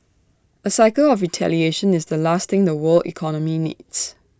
A cycle of retaliation is the last thing the world economy needs